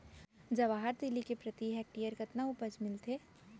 जवाहर तिलि के प्रति हेक्टेयर कतना उपज मिलथे?